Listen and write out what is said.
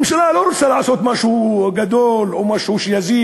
הממשלה לא רוצה לעשות משהו גדול או משהו שיזיק